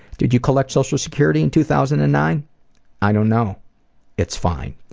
did you collect social security in two thousand and nine i don't know it's fine.